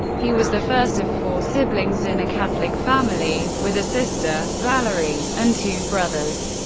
he was the first of four siblings in a catholic family, with a sister, valerie, and two brothers,